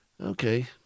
Okay